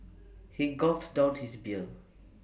he gulped down his beer